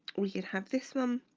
we could have this um